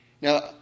now